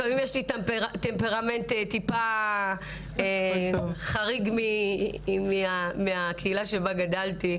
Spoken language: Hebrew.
לפעמים יש לי טמפרמנט טיפה חריג מהקהילה שבה גדלתי,